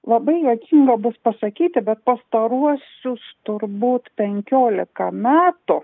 labai juokinga bus pasakyti bet pastaruosius turbūt penkiolika metų